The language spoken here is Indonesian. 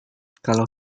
kalau